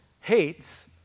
hates